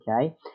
okay